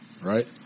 Right